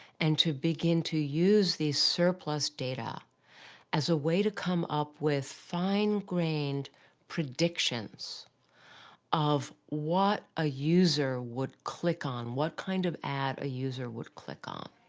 and to begin to use these surplus data as a way to come up with fine-grained predictions of what a user would click on, what kind of ad a user would click on.